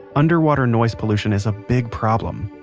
underwater noise pollution is a big problem,